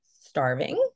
starving